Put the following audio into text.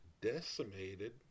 decimated